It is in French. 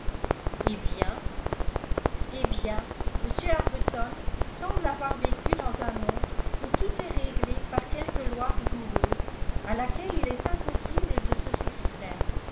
eh bien eh bien m arbuton semble avoir vécu dans un monde où tout est réglé par quelque loi rigoureuse à laquelle il est impossible de se soustraire